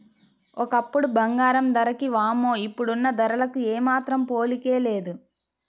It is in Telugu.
ఒకప్పుడు బంగారం ధరకి వామ్మో ఇప్పుడున్న ధరలకు ఏమాత్రం పోలికే లేదు